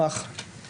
והציבור מפגין.